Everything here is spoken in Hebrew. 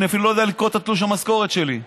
אני אפילו לא יודע לקרוא את תלוש המשכורת שלי.